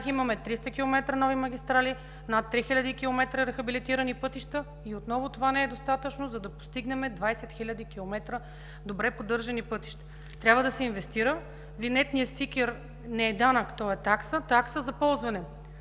имаме 300 км нови магистрали, над 3 хил. км рехабилитирани пътища и отново това не е достатъчно, за да постигнем 20 хил. км добре поддържани пътища. Трябва да се инвестира. Винетният стикер не е данък, той е такса – такса за ползване.